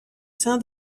sein